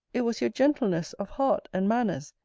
it was your gentleness of heart and manners,